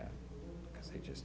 at it just